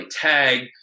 tag